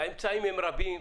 האמצעים הם רבים.